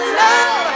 love